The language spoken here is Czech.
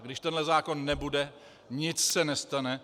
Když tenhle zákon nebude, nic se nestane.